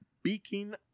Speaking